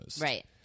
Right